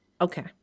Okay